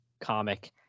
comic